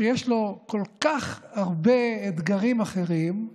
שיש לו כל כך הרבה אתגרים אחרים,